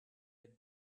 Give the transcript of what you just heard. had